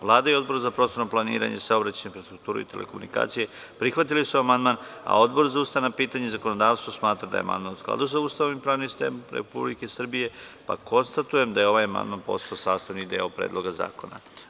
Vlada i Odbor za prostorno planiranje, saobraćaj, infrastrukturu i telekomunikacije prihvatili su amandman, a Odbor za ustavna pitanja i zakonodavstvo smatra da je amandman u skladu sa Ustavom i pravnim sistemom Republike Srbije, pa konstatujem da je ovaj amandman postao sastavni deo Predloga zakona.